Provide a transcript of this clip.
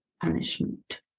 punishment